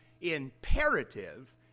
imperative